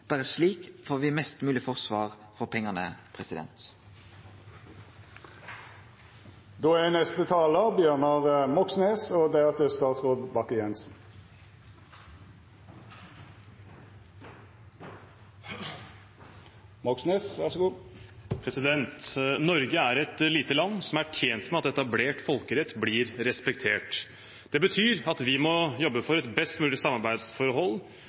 slik får me mest mogleg forsvar for pengane. Norge er et lite land som er tjent med at etablert folkerett blir respektert. Det betyr at vi må jobbe for et best mulig samarbeidsforhold